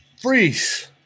Freeze